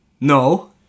No